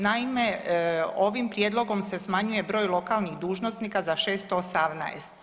Naime, ovim prijedlogom se smanjuje broj lokalnih dužnosnika za 618.